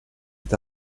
est